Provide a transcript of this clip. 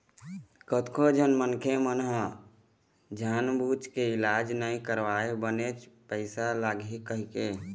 कतको झन मनखे मन ह जानबूझ के इलाज नइ करवाय बनेच पइसा लगही कहिके